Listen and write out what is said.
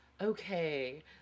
okay